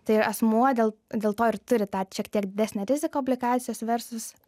tai asmuo dėl dėl to ir turi tą šiek tiek didesnę riziką obligacijos versus